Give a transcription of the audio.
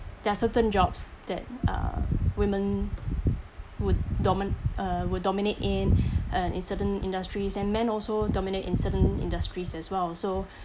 there are certain jobs that uh women would domin~ uh will dominate in uh in certain industries and men also dominate in certain industries as well so